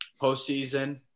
Postseason